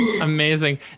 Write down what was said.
Amazing